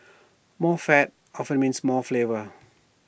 more fat often means more flavour